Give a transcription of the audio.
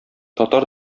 татар